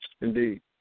indeed